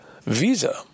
visa